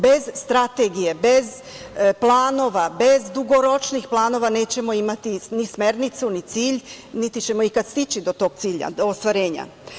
Bez strategije, bez planova, bez dugoročnih planova, nećemo imati ni smernicu, ni cilj, niti ćemo ikad stići do tog cilja, ostvarenja.